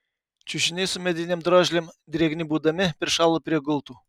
čiužiniai su medinėm drožlėm drėgni būdami prišalo prie gultų